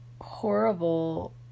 horrible